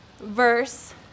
verse